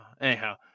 anyhow